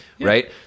right